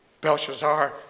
Belshazzar